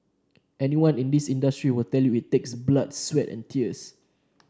anyone in this industry will tell you it takes blood sweat and tears